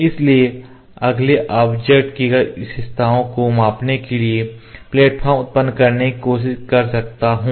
इसलिए अगले मैं ऑब्जेक्ट की विशेषताओं को मापने के लिए प्लेटफ़ॉर्म उत्पन्न करने की कोशिश कर रहा हूं